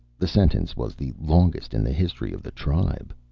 the sentence was the longest in the history of the tribe.